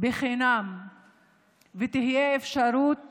שתהיה אפשרות